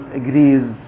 agrees